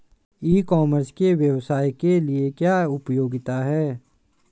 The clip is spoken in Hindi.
ई कॉमर्स के व्यवसाय के लिए क्या उपयोगिता है?